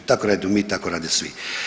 Tako radimo mi, tako rade svi.